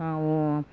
ನಾವು